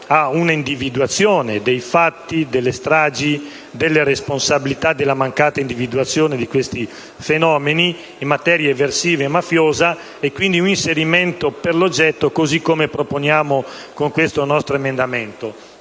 a un'individuazione dei fatti delle stragi e delle responsabilità per la mancata individuazione di questi fenomeni in materia eversiva e mafiosa e, quindi, un inserimento per l'oggetto, così come proponiamo con questo nostro emendamento.